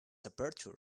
aperture